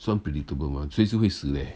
so unpredictable mah 随时会死 leh